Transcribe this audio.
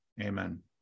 Amen